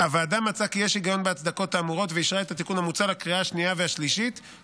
(תיקוני חקיקה ליישום המדיניות הכלכלית לשנות התקציב 2023 ו-2024),